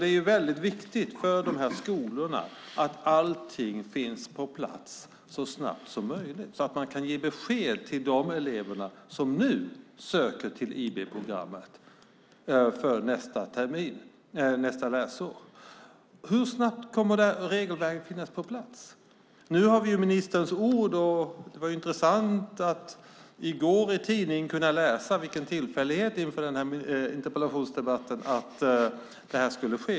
Det är väldigt viktigt för de här skolorna att allting finns på plats så snabbt som möjligt, så att man kan ge besked till de elever som nu söker till IB-programmet för nästa läsår. Hur snabbt kommer regelverket på plats? Nu har vi ministerns ord, och det var intressant att i tidningen i går kunna läsa - vilken tillfällighet inför den här interpellationsdebatten - att det här skulle ske.